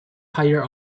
higher